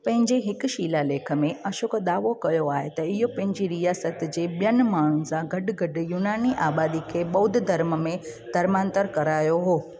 पंहिंजे हिकु शिलालेखु में अशोक दावो कयो आहे त इहो पंहिंजी रियासतु जे ॿियनि माण्हुनि सां गॾु गडु॒ यूनानी आबादी खे बौद्ध धर्म में धर्मांतरु करायो हुओ